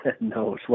No